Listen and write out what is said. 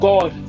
God